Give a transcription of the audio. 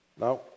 Now